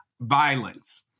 Violence